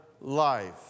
life